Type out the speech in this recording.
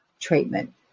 treatment